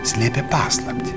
slėpė paslaptį